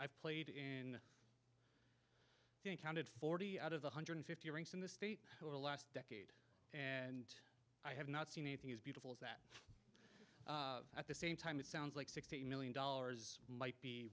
i've played in think counted forty out of the hundred fifty rinks in the state the last decade and i have not seen anything as beautiful as that at the same time it sounds like sixty million dollars might be